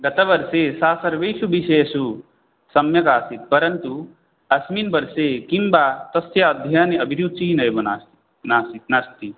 गतवर्षे सा सर्वेषु विषयेषु सम्यक् आसीत् परन्तु अस्मिन् वर्षे किं वा तस्याः अध्ययने अभिरुचिः एव नास् नासीत् नास्ति